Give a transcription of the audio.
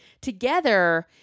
Together